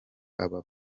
aba